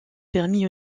permit